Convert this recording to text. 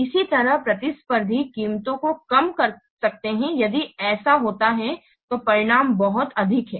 इसी तरह प्रतिस्पर्धी कीमतों को कम कर सकते हैं यदि ऐसा होता है तो परिणाम बहुत अधिक है